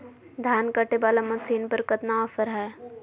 धान कटे बाला मसीन पर कतना ऑफर हाय?